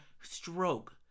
stroke